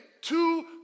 two